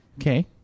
Okay